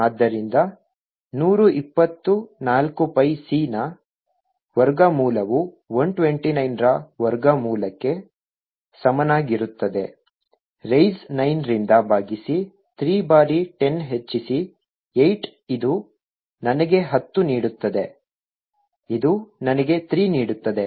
ಆದ್ದರಿಂದ ನೂರ ಇಪ್ಪತ್ತು ನಾಲ್ಕು pi c ನ ವರ್ಗಮೂಲವು 129 ರ ವರ್ಗಮೂಲಕ್ಕೆ ಸಮನಾಗಿರುತ್ತದೆ ರೈಸ್ 9 ರಿಂದ ಭಾಗಿಸಿ 3 ಬಾರಿ 10 ಹೆಚ್ಚಿಸಿ 8 ಇದು ನನಗೆ ಹತ್ತು ನೀಡುತ್ತದೆ ಇದು ನನಗೆ 3 ನೀಡುತ್ತದೆ